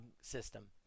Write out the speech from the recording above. system